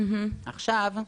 עכשיו,